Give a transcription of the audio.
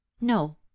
No